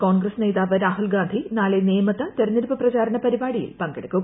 കോൺഗ്രസ് നേതാവ് രാഹുൽ ഗാന്ധി നാളെ നേമത്ത് തിരഞ്ഞെടുപ്പ് പ്രചാരണ പരിപാടിയിൽ പങ്കെടുക്കും